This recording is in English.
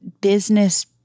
business